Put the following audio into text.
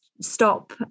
stop